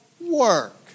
work